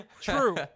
True